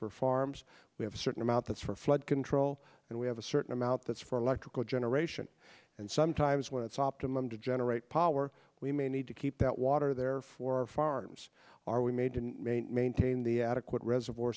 for farms we have a certain amount that's for flood control and we have a certain amount that's for electrical generation and sometimes when it's optimum to generate power we may need to keep that water there for our farms are we made in maine maintain the adequate reservoir